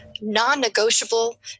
non-negotiable